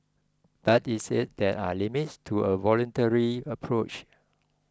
but it said there are limits to a voluntary approach